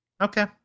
Okay